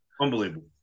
Unbelievable